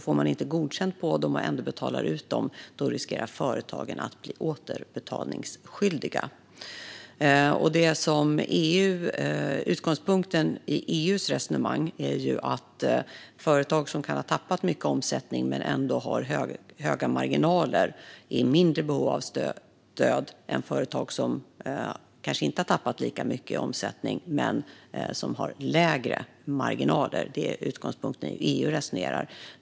Får man inte godkänt och ändå betalar ut stöden riskerar företagen att bli återbetalningsskyldiga. Utgångspunkten i EU:s resonemang är att företag som kan ha tappat mycket omsättning men ändå har höga marginaler är i mindre behov av stöd än företag som kanske inte har tappat lika mycket i omsättning men har lägre marginaler. Det är utgångspunkten i hur EU resonerar.